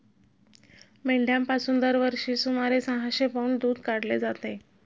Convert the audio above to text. मेंढ्यांपासून दरवर्षी सुमारे सहाशे पौंड दूध काढले जाते